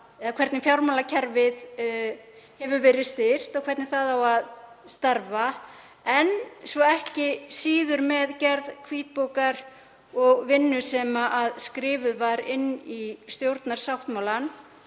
hvernig fjármálakerfið hefur verið styrkt og hvernig það á að starfa en ekki síður með gerð hvítbókar og vinnu sem skrifuð var inn í stjórnarsáttmálann.